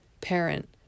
parent